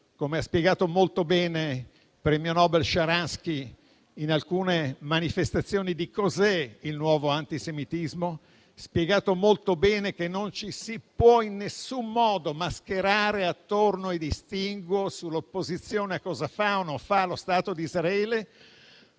Come ha spiegato molto bene il premio Nobel Sharansky in alcune manifestazioni su cos'è il nuovo antisemitismo, non ci si può in alcun modo mascherare attorno ai distinguo sull'opposizione a cosa fa o meno lo Stato di Israele